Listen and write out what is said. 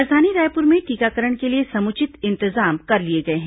राजधानी रायपुर में टीकाकरण के लिए समुचित इंतजाम कर लिए गए हैं